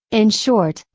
in short,